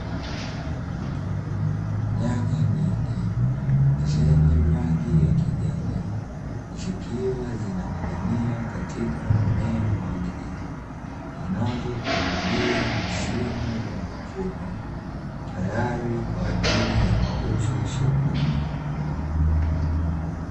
Nyanya nyingi zenye rangi ya kijani zikiwa zinaning'inia katika mmea wake, zinazokaribia msimu wa mavuno tayari kwa ajili ya mauzo sokoni.